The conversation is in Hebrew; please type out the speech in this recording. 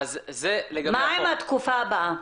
מה עם התקופה הבאה?